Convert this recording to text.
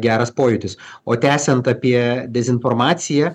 geras pojūtis o tęsiant apie dezinformaciją